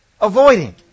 avoiding